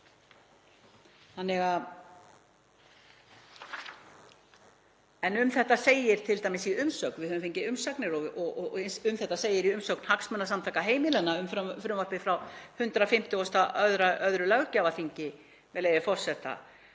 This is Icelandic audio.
tveggja. Um þetta segir t.d. í umsögn, við höfum fengið umsagnir og um þetta segir í umsögn Hagsmunasamtaka heimilanna um frumvarpið frá 152. löggjafarþingi, með leyfi forseta: